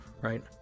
right